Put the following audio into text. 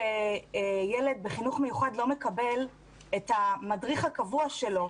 כשילד בחינוך מיוחד לא מקבל את המדריך הקבוע שלו.